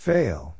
Fail